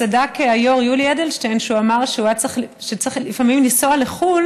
צדק היו"ר יולי אדלשטיין כשהוא אמר שצריך לפעמים לנסוע לחו"ל